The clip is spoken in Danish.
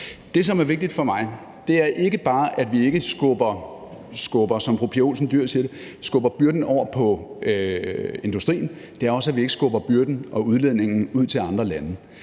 Det, som er vigtigt for mig, er ikke bare, at vi ikke skubber, som fru Pia Olsen Dyhr siger det, byrden over på industrien; det er også, at vi ikke skubber byrden og udledningen ud til andre lande,